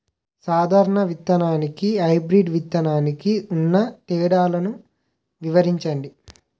సాధారణ విత్తననికి, హైబ్రిడ్ విత్తనానికి ఉన్న తేడాలను వివరించండి?